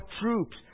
troops